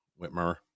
Whitmer